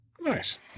Nice